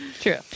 true